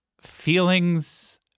feelings